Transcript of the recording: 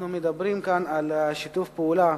אנחנו מדברים כאן על שיתוף פעולה